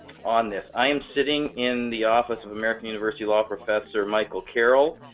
on this i am sitting in the office of american university law professor michael carroll